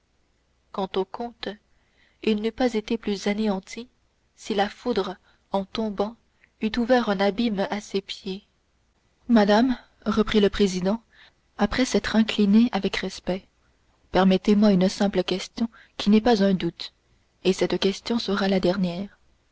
quant au comte il n'eût pas été plus anéanti si la foudre en tombant eût ouvert un abîme à ses pieds madame reprit le président après s'être incliné avec respect permettez-moi une simple question qui n'est pas un doute et cette question sera la dernière